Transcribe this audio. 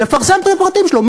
תפרסם את הפרטים שלו,